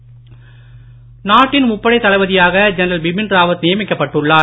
முப்படை தளபதி நாட்டின் முப்படை தளபதியாக ஜென்ரல் பிபின் ராவத் நியமிக்கப்பட்டுள்ளார்